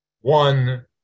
one